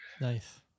Nice